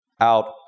out